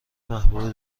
محبوب